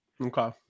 Okay